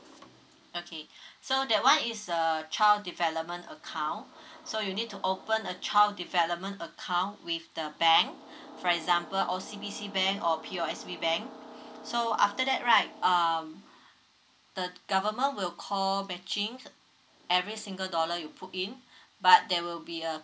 okay so that one is a child development account so you need to open a child development account with the bank for example O_C_B_C bank or P_O_S_B bank so after that right um the government will co matching every single dollar you put in but there will be a